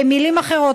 במילים אחרות,